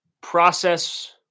process